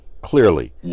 clearly